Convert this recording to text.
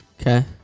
Okay